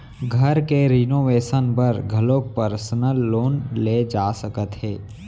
घर के रिनोवेसन बर घलोक परसनल लोन ले जा सकत हे